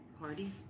Party